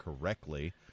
correctly